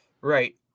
Right